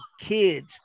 kids